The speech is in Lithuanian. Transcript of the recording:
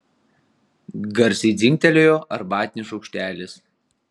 garsiai dzingtelėjo arbatinis šaukštelis